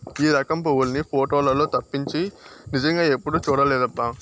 ఈ రకం పువ్వుల్ని పోటోలల్లో తప్పించి నిజంగా ఎప్పుడూ చూడలేదబ్బా